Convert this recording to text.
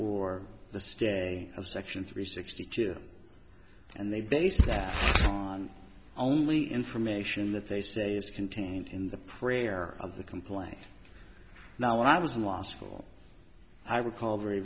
or the stay of section three sixty two and they base that on only information that they say is contained in the prayer of the complaint now when i was in law school i recall very